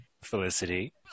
Felicity